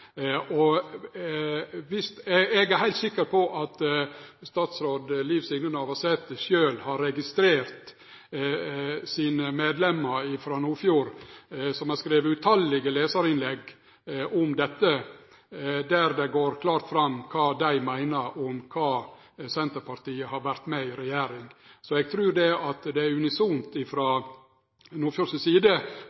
Eg er heilt sikker på at statsråd Liv Signe Navarsete sjølv har registrert at hennar medlemmer frå Nordfjord har skrive tallause lesarinnlegg om dette, der det går klart fram kva ein meiner om det Senterpartiet har vore med på i regjering. Så eg trur ein unisont i Nordfjord meiner at